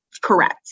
Correct